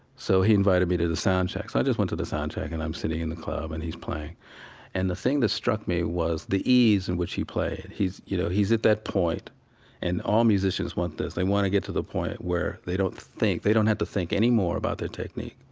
so he invited me to the sound check. so i just went to the sound check and i'm sitting in the club and he's playing and the thing that struck me was the ease in which he played. you know, he's at that point and all musicians want this. they want to get to the point where they don't think they don't have to think anymore about their technique